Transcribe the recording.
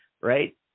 right